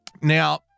Now